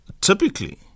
typically